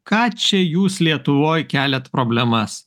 ką čia jūs lietuvoj keliat problemas